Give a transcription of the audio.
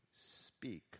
speak